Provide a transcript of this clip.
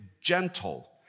gentle